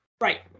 Right